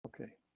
Okay